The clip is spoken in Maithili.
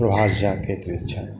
प्रभास झा के कृत्य छनि